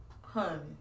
honey